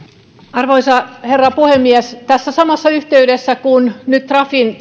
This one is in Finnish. arvoisa herra puhemies tässä samassa yhteydessä kun nyt trafin